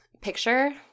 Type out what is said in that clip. picture